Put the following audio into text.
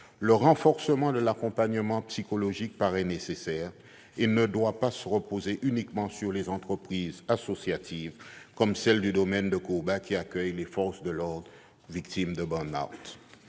le renforcement de l'accompagnement psychologique paraît nécessaire ; il ne doit pas reposer seulement sur des entreprises associatives, comme celle du domaine de Courbat, qui accueille les forces de l'ordre victimes de burn-out.